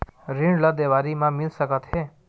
ऋण ला देवारी मा मिल सकत हे